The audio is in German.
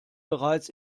bereits